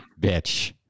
bitch